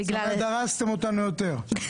זאת אומרת דרסתם אותנו יותר.